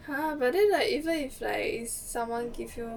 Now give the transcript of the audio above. !huh! but then like even if like someone give you